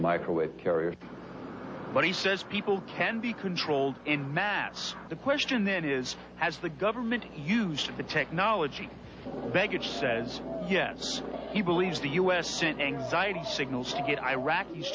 microwave carrier but he says people can be controlled in mass the question then is has the government used the technology baggage says yes he believes the u s sent anxiety signals to get iraqis